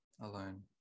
alone